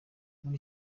muri